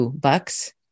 bucks